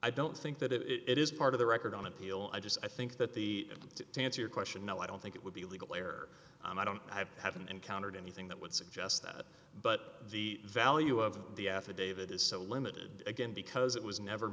i don't think that it is part of the record on appeal i just i think that the to answer your question no i don't think it would be legal or i don't know i haven't encountered anything that would suggest that but the value of the affidavit is so limited again because it was never